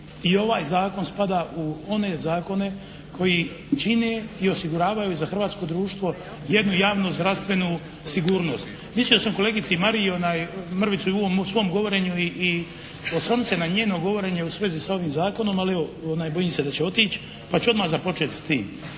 i ovaj zakon spada u one zakone koji čine i osiguravaju za hrvatsko društvo jednu javnu zdravstvenu sigurnost. Mislio sam kolegici Mariji mrvicu u svom govorenju i osloniti se na njeno govorenje u svezi sa ovim zakonom, ali bojim se da će otići pa ću odmah započeti s tim.